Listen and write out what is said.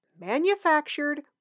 manufactured